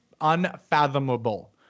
unfathomable